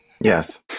Yes